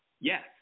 Yes